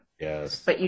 Yes